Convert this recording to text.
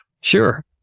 Sure